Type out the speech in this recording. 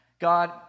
God